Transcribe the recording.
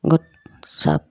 গোট চব